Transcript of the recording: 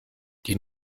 die